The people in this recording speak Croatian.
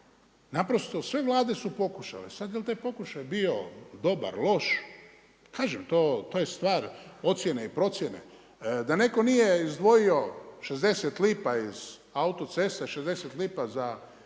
Naprosto, sve Vlade su pokušale sad jel taj pokušaj bio dobar, loš, kaže to je stvar ocjene i procjene. Da netko nije izdvojio 60 lipa iz autocesta, 60 lipa za